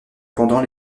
pendant